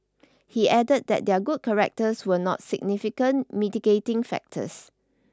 he added that their good characters were not significant mitigating factors